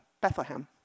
Bethlehem